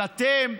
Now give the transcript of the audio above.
אבל אתם,